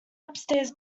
upstairs